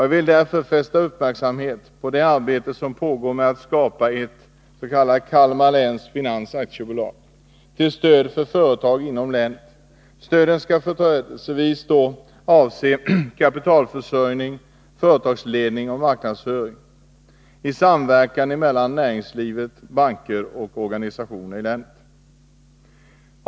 Jag vill därför fästa uppmärksamheten på det arbete som pågår med att skapa ett Kalmar läns finans AB, till stöd för företagen inom länet. Stödet skall företrädesvis avse kapitalförsörjning, företagsledning och marknadsföring och utformas i samverkan mellan näringsliv, banker och organisationer i länet.